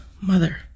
mother